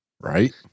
Right